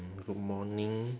good morning